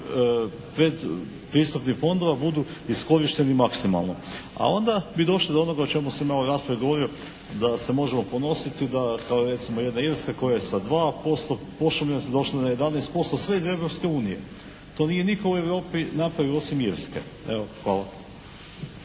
predpristupnih fondova budu iskorišteni maksimalno. A onda bi došli do onoga o čemu sam ja u raspravi govorio da se možemo ponositi da kao recimo jedna Irska koja je sa 2% pošumljenosti došla na 11% sve iz Europske unije. To nije nitko u Europi napravio osim Irske. Evo, hvala.